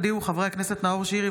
הודיעו חברי הכנסת נאור שירי,